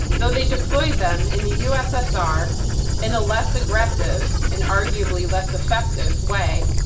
though they deployed them in the ussr in a less aggressive, and arguably, less effective way.